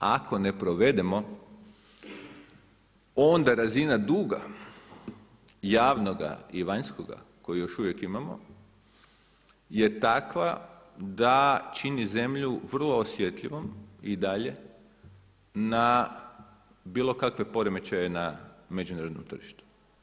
A ako ne provedemo onda razina duga javnoga i vanjskoga koji još uvijek imamo je takva da čini zemlju vrlo osjetljivom i dalje na bilo kakve poremećaje na međunarodnom tržištu.